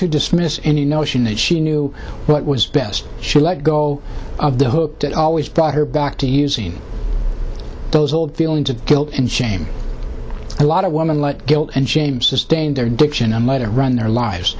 to dismiss any notion that she knew what was best she let go of the hook that always brought her back to using those old feelings of guilt and shame a lot of women let guilt and shame sustain their diction and let her run their lives